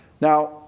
Now